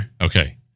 Okay